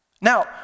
Now